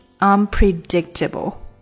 unpredictable